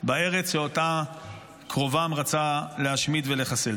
בארץ שאותה קרובם רצה להשמיד ולחסל.